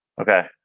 Okay